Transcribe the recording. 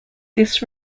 this